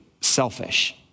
selfish